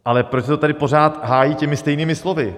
Ale proč se to tady pořád hájí těmi stejnými slovy?